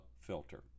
filter